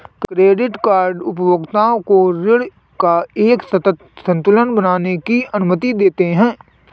credit card उपभोक्ताओं को ऋण का एक सतत संतुलन बनाने की अनुमति देते हैं